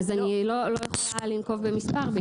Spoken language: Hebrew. אני לא יכולה לנקוב במספר.